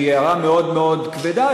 שהיא הערה מאוד מאוד כבדה,